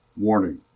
Warning